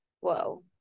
Whoa